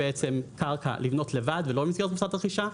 רוכש קרקע כדי לבנות לבד ולא במסגרת קבוצת רכישה,